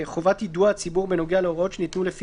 חובת יידוע הציבור בנוגע להוראות שניתנו לפי